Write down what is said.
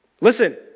Listen